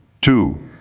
two